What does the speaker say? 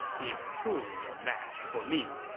he's truly a match for me.